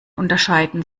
unterscheiden